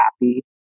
happy